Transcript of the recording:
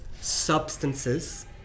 substances